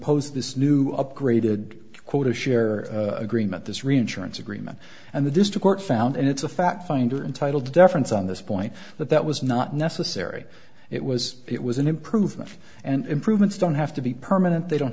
imposed this new upgraded quota share agreement this reinsurance agreement and the district court found and it's a fact finder and title deference on this point but that was not necessary it was it was an improvement and improvements don't have to be permanent they don't